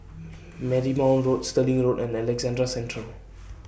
Marymount Road Stirling Road and Alexandra Central